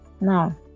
Now